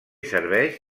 serveix